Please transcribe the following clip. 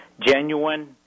genuine